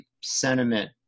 sentiment